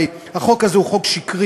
הרי החוק הזה הוא חוק שקרי,